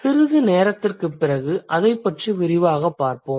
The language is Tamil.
சிறிது நேரத்திற்குப் பிறகு அதைப் பற்றி விரிவாகப் பார்ப்போம்